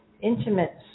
intimate